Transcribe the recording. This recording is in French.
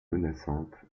menaçante